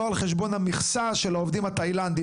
על חשבון המכסה של העובדים התאילנדים,